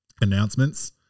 announcements